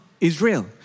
Israel